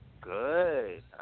Good